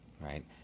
Right